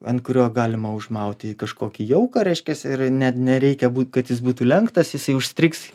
ant kurio galima užmauti kažkokį jauką reiškias ir net nereikia būt kad jis būtų lenktas jisai užstrigs